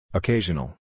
occasional